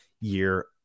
year